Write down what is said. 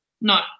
No